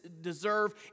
deserve